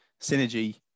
synergy